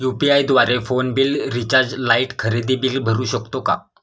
UPI द्वारे phone bill, recharge, light, खरेदी bill भरू शकतो का?